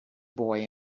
boy